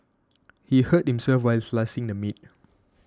he hurt himself while slicing the meat